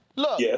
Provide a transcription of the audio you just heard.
Look